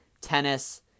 tennis